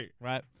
Right